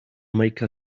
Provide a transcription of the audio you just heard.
make